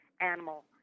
animal